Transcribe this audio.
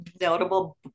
notable